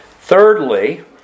Thirdly